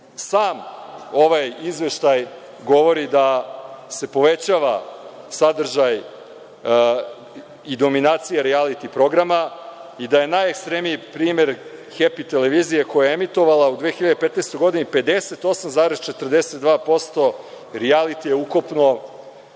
Sam ovaj izveštaj govori da se povećava sadržaj i dominacija rijaliti programa i da je najekstremniji primer „Hepi“ televizija koja je emitovala u 2015. godini 58,42% rijalitija ukupno